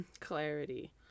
clarity